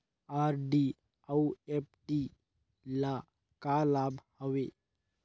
RD अऊ FD ल का लाभ हवे?